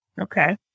Okay